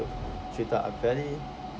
treated unfairly